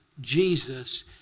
Jesus